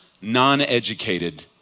non-educated